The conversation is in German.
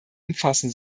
umfassen